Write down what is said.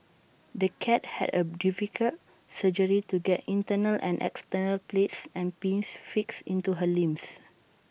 the cat had A difficult surgery to get internal and external plates and pins fixed into her limbs